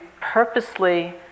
purposely